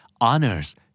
Honors